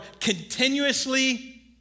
continuously